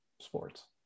sports